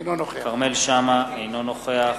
אינו נוכח